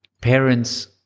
parents